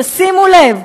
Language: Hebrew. תשימו לב,